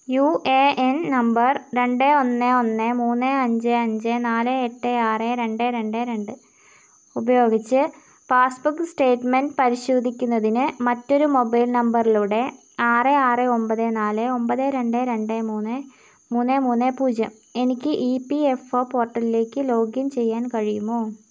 U A N number രണ്ട് ഒന്ന് ഒന്ന് മൂന്ന് അഞ്ച് അഞ്ച് നാല് എട്ട് ആറ് രണ്ട് രണ്ട് രണ്ട് ഉപയോഗിച്ച് പാസ്ബുക്ക് സ്റ്റേറ്റ്മെൻ്റ് പരിശോധിക്കുന്നതിന് മറ്റൊരു മൊബൈൽ നമ്പറിലൂടെ ആറ് ആറ് ഒൻപത് നാല് ഒൻപത് രണ്ട് രണ്ട് മൂന്ന് മൂന്ന് മൂന്ന് പൂജ്യം എനിക്ക് ഇ പി എഫ് ഒ പോർട്ടലിലേക്ക് ലോഗിൻ ചെയ്യാൻ കഴിയുമോ